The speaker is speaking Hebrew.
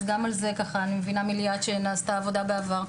גם על זה אני מבינה מליאת שנעשתה עבודה בעבר.